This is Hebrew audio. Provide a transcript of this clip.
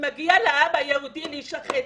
שמגיע לאבא היהודי להישחט.